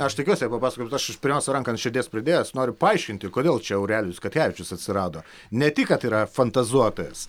aš tikiuosi papasakoti aš pirmiausia ranką ant širdies pridėjęs noriu paaiškinti kodėl čia aurelijus katkevičius atsirado ne tik kad yra fantazuotojas